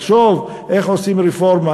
לחשוב איך עושים רפורמה,